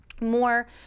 more